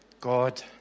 God